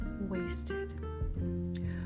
wasted